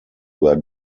were